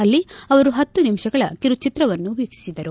ಅಲ್ಲಿ ಅವರು ಹತ್ತು ನಿಮಿಷಗಳ ಕಿರು ಚಿತ್ರವನ್ನು ವೀಕ್ಷಿಸಿದರು